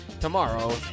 tomorrow